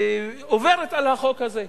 עוברת על החוק הזה.